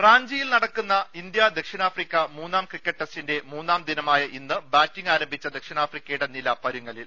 റാഞ്ചിയിൽ നടക്കുന്ന ഇന്ത്യ ദക്ഷിണാഫ്രിക്ക മൂന്നാം ക്രിക്കറ്റ് ട്ട്സറ്റിന്റെ മൂന്നാം ദിനമായു ഇന്ന് ബാറ്റിംഗ് ആരംഭിച്ച ദക്ഷിണാഫ്രിക്കയുടെ നില പരുങ്ങലിൽ